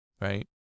right